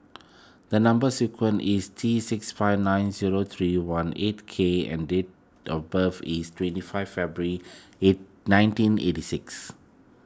the Number Sequence is T six five nine zero three one eight K and date of birth is twenty five February nineteen eighty six